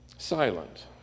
silent